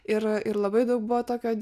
ir ir labai daug buvo tokio